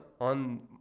On